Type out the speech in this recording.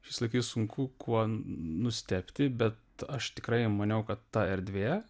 šiais laikais sunku kuo nustebti bet aš tikrai maniau kad ta erdvė